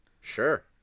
sure